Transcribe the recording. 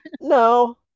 no